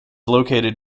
located